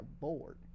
bored